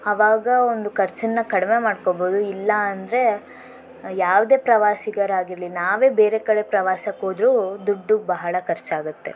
ಆವಾಗ ಒಂದು ಖರ್ಚನ್ನು ಕಡಿಮೆ ಮಾಡ್ಕೊಬೋದು ಇಲ್ಲ ಅಂದರೆ ಯಾವುದೇ ಪ್ರವಾಸಿಗರಾಗಿರಲಿ ನಾವೇ ಬೇರೆ ಕಡೆ ಪ್ರವಾಸಕ್ಕೆ ಹೋದರೂ ದುಡ್ಡು ಬಹಳ ಖರ್ಚಾಗತ್ತೆ